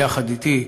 ביחד אתי,